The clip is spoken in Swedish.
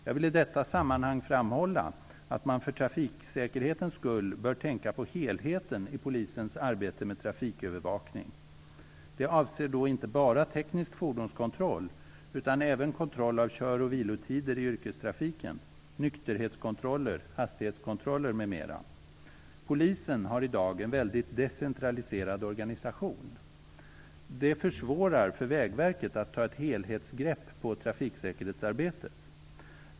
Jag vill i detta sammanhang framhålla att man för trafiksäkerhetens skull bör tänka på helheten i polisens arbete med trafikövervakning. Det handlar inte bara om teknisk fordonskontroll, utan även kontroll av kör och vilotider i yrkestrafiken, nykterhetskontroller, hastighetskontroller m.m. Polisen har i dag en väldigt decentraliserad organisation. Det försvårar för Vägverket att ta ett helhetsgrepp på trafiksäkerhetsarbetet.